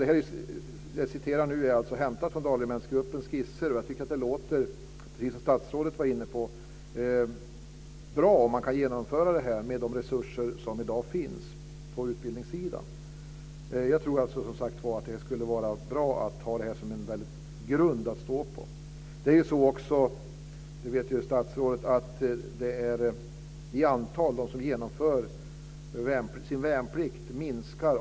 Detta är alltså hämtat från dalregementsgruppens skisser, och jag tycker, precis som statsrådet var inne på, att det är bra om man kan genomföra det här med de resurser som i dag finns på utbildningssidan. Jag tror alltså att det skulle vara bra att ha detta som en grund att stå på. Statsrådet vet ju att det antal som genomför sin värnplikt minskar.